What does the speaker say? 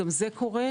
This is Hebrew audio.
וגם זה קורה.